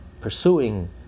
pursuing